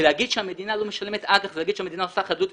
ולהגיד שהמדינה לא משלמת אג"ח, להגיד